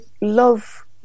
love